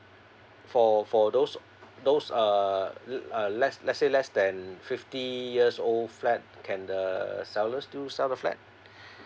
for for those those uh uh let's let's say less than fifty years old flat can the the seller still sell the flat